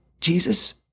Jesus